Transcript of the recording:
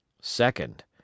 Second